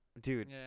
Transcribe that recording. dude